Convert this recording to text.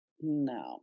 No